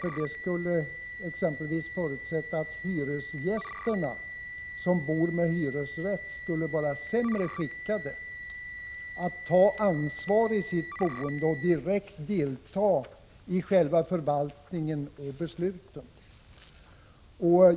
Det skulle exempelvis förutsätta att hyresgästerna, de som bor i hyresrätt, skulle vara sämre skickade att ta ansvar i sitt boende och direkt delta i själva förvaltningen och besluten.